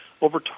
over